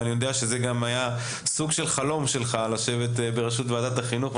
ואני יודע שזה גם היה סוג של חלום שלך לשבת בראשות ועדת החינוך,